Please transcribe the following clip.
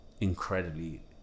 incredibly